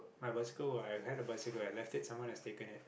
my bicycle I have the bicycle left it someone was just taken it